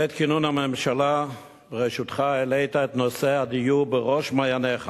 מעת כינון הממשלה בראשותך העלית את נושא הדיור לראש מעייניך,